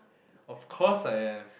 of course I am